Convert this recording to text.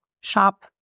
shop